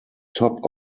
top